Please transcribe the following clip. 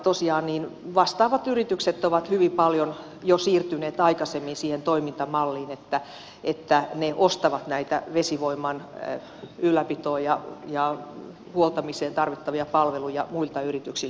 tosiaan vastaavat yritykset ovat hyvin paljon jo siirtyneet aikaisemmin siihen toimintamalliin että ne ostavat näitä vesivoiman ylläpitoon ja huoltamiseen tarvittavia palveluja muilta yrityksiltä